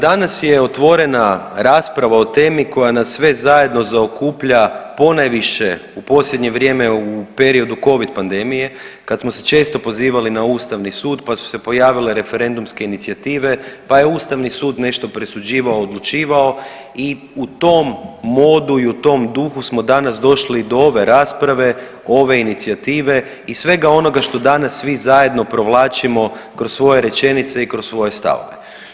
Dakle, danas je otvorena rasprava o temi koja nas sve zajedno zaokuplja ponajviše u posljednje vrijeme u periodu Covid pandemije kad smo se često pozivali na Ustavni sud pa su se pojavile referendumske inicijative, pa je Ustavni sud nešto presuđivao, odlučivao i u tom modu i u tom duhu smo danas došli i do ove rasprave, ove inicijative i svega onoga što danas svi danas zajedno provlačimo kroz svoje rečenice i kroz svoje stavove.